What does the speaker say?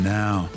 now